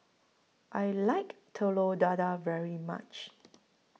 I like Telur Dadah very much